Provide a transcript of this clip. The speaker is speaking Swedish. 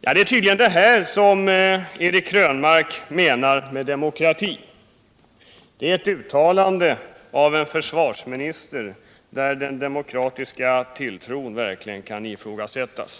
Det är tydligen detta som Eric Krönmark menar med demokrati. Eric Krönmarks uttalande i det här sammanhanget betecknar jag som ctt uttalande av en försvarsminister, beträffande vilken tilltron när det gäller demokratin verkligen kan ifrågasättas.